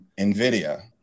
Nvidia